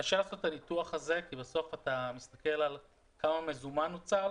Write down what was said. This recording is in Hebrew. קשה לעשות את הניתוח הזה כי בסוף אתה מסתכל על כמה מזומן נוצל